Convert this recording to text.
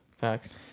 facts